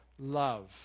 love